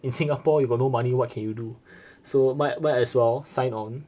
in singapore you got no money what can you do so might might as well sign on